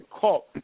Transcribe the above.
cult